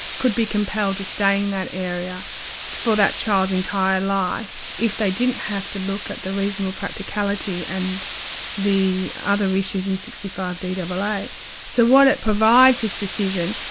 could be compelled to stay in that area for that child's entire life, if they didn't have to look at the reasonable practicality and the other issues in sixty five daa. but like so what it provides, this decision,